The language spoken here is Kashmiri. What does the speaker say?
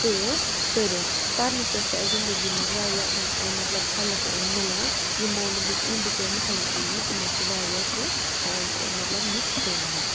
کٲم کٔرِتھ پَرنہٕ سۭتۍ چھےٚ اَسہِ زندگی منٛز واریاہ مطلب ہٮ۪لٕپ مِلان یِمو نہٕ بِچٲ یِم بِچٲرۍ محروٗم چھِ روٗدۍمٕتۍ تِمو چھِ واریاہ کینٛہہ مطلب مِس کوٚرمُت